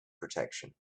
protection